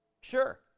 Sure